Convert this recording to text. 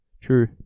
true